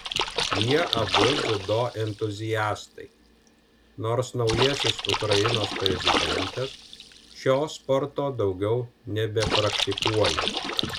jie abu dziudo entuziastai nors naujasis ukrainos prezidentas šio sporto daugiau nebepraktikuoja